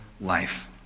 life